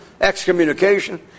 excommunication